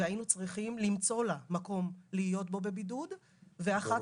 והיינו צריכים למצוא לה מקום להיות בו בבידוד ואחת